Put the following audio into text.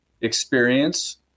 experience